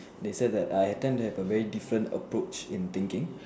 they say that I tend to have a very different approach in thinking